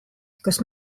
kas